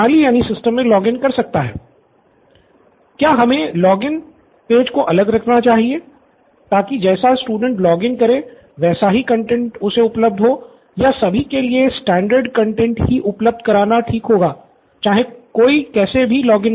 student Nithin क्या हमे log in page को अलग रखना चाहिए ताकि जैसा स्टूडेंट लॉग इन करे वैसा ही कंटैंट उसे उपलब्ध हो या सभी के लिए स्टैण्डर्ड कंटेंट ही उपलब्ध कराना ही ठीक होगा चाहे कोई कैसे भी लॉग इन करे